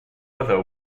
other